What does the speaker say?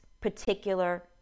particular